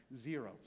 Zero